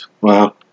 Wow